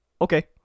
okay